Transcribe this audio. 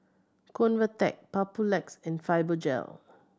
Convatec Papulex and Fibogel